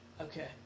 Okay